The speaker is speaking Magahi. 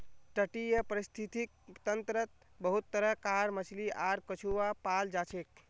तटीय परिस्थितिक तंत्रत बहुत तरह कार मछली आर कछुआ पाल जाछेक